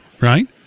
right